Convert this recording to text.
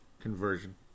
conversion